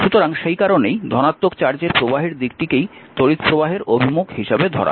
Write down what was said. সুতরাং সেই কারণেই ধনাত্মক চার্জের প্রবাহের দিকটিকেই তড়িৎপ্রবাহের অভিমুখ হিসাবে ধরা হয়